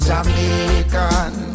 Jamaican